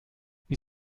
wie